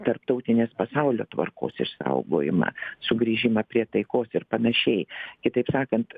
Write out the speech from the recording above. tarptautinės pasaulio tvarkos išsaugojimą sugrįžimą prie taikos ir panašiai kitaip sakant